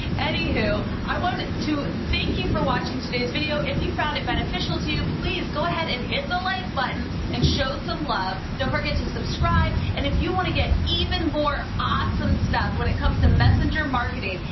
any who, i wanted to thank you for watching today's video. if you found it beneficial to you, please go ahead and hit the like button and show some love. don't forget to subscribe. and if you want to get even more awesome stuff when it comes to messenger marketing,